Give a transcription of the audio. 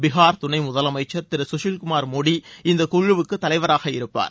பீகார் துணை முதலமைச்சர் திரு சுஷில்குமார் மோடி இந்த குழுவுக்கு தலைவராக இருப்பார்